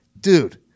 dude